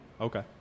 Okay